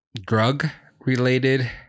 drug-related